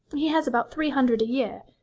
he has about three hundred a year.